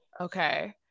okay